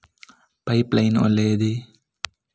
Pipe line ಒಳ್ಳೆಯದೇ?